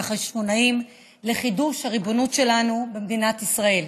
החשמונאים לחידוש הריבונות שלנו במדינת ישראל.